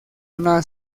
una